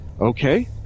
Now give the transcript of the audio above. Okay